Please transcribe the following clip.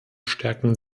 stärken